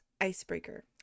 Icebreaker